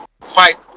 fight